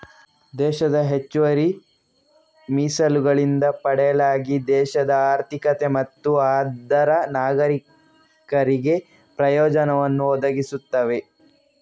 ದೇಶದ ಹೆಚ್ಚುವರಿ ಮೀಸಲುಗಳಿಂದ ಪಡೆಯಲಾಗಿ ದೇಶದ ಆರ್ಥಿಕತೆ ಮತ್ತು ಅದರ ನಾಗರೀಕರಿಗೆ ಪ್ರಯೋಜನವನ್ನು ಒದಗಿಸ್ತವೆ